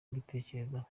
mbitekerezaho